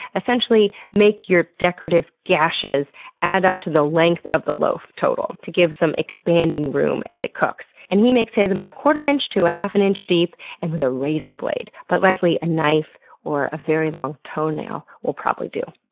essentially, make your decorative gashes add up to the length of the loaf total to give some expanding room as it cooks. and he makes his about a quarter-inch to a half-inch deep and with a razor blade, but likely a knife or a very long toenail will probably do.